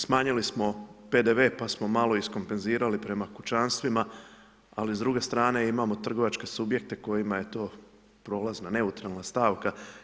Smanjili smo PDV-e pa smo malo iskompenzirali prema kućanstvima, ali s druge strane imamo trgovačke subjekte kojima je to prolazna neutralna stavka.